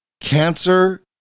cancer